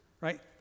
right